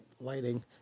lighting